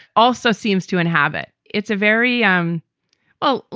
also seems to inhabit. it's a very um well,